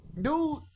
Dude